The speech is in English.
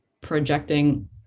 projecting